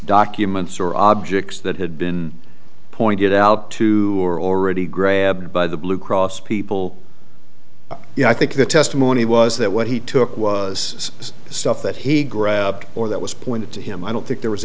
documents or objects that had been pointed out to or already grabbed by the blue cross people you know i think the testimony was that what he took was the stuff that he grabbed or that was pointed to him i don't think there was